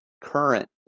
current